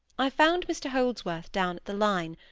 i found mr holdsworth down at the line,